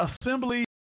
assembly